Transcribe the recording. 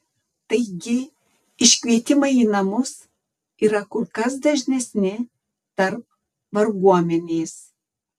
taigi iškvietimai į namus yra kur kas dažnesni tarp varguomenės